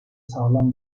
sağlam